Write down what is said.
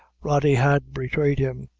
rody had betrayed him.